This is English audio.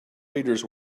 readers